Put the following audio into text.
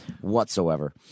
whatsoever